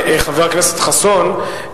חבר הכנסת חסון,